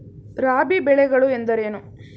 ರಾಬಿ ಬೆಳೆಗಳು ಎಂದರೇನು?